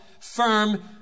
firm